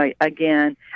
again